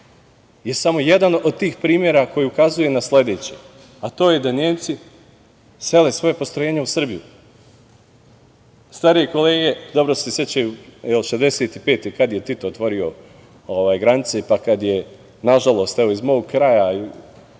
je samo jedan od tih primera koji ukazuje na sledeće, a to je da Nemci sele svoje postrojenje u Srbiju. Starije kolege dobro se sećaju 1965. godine, kada je Tito otvorio granice, pa kada je, nažalost, evo, iz mog kraja